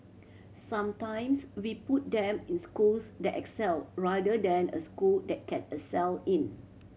sometimes we put them in schools that excel rather than a school that can excel in